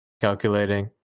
Calculating